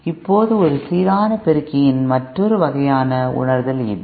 இப்போது ஒரு சீரான பெருக்கியின் மற்றொரு வகையான உணர்தல் இது